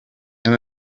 and